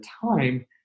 time